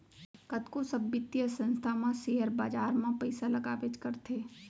कतको सब बित्तीय संस्था मन सेयर बाजार म पइसा लगाबेच करथे